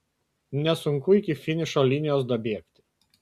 nesunku iki finišo linijos dabėgti